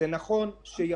לא יעזור לאף אחד